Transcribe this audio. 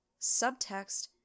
Subtext